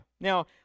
Now